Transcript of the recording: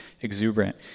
exuberant